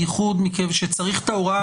בייחוד שצריך את ההוראה,